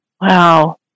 wow